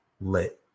lit